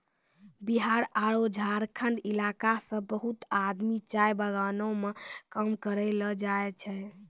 बिहार आरो झारखंड इलाका सॅ बहुत आदमी चाय बगानों मॅ काम करै ल जाय छै